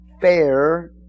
fair